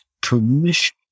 permission